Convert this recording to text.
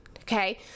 okay